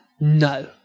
No